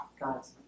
God's